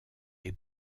est